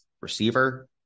receiver